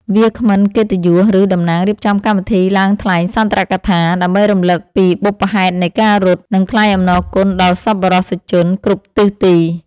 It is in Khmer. វាគ្មិនកិត្តិយស ឬតំណាងរៀបចំកម្មវិធីឡើងថ្លែងសុន្ទរកថា ដើម្បីរំលឹកពីបុព្វហេតុនៃការរត់ និងថ្លែងអំណរគុណដល់សប្បុរសជនគ្រប់ទិសទី។